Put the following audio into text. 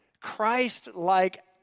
Christ-like